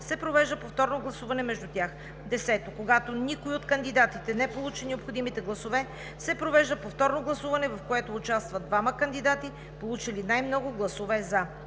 се провежда повторно гласуване между тях. 10. Когато никой от кандидатите не получи необходимите гласове, се провежда повторно гласуване, в което участват двамата кандидати, получили най-много гласове „за“.